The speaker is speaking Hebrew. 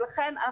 ולכן,